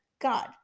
God